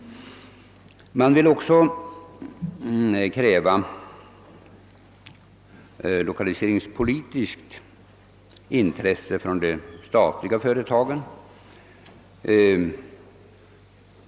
Man bör också av de statliga företagen kräva ett lokaliseringspolitiskt intresse.